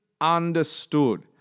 understood